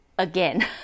Again